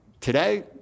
today